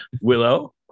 willow